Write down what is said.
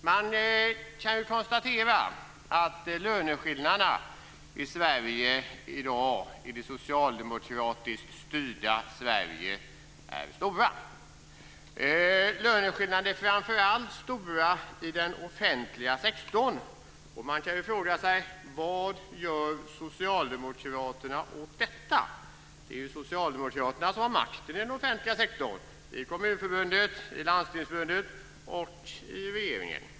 Man kan konstatera att löneskillnaderna i Sverige i dag, i det socialdemokratiskt styrda Sverige, är stora. Löneskillnaderna är framför allt stora i den offentliga sektorn. Man kan fråga sig: Vad gör Socialdemokraterna åt detta? Det är ju Socialdemokraterna som har makten i den offentliga sektorn; i Kommunförbundet, i Landstingsförbundet och i regeringen.